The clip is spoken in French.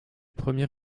premier